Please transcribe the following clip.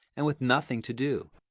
and with nothing to do.